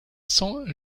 san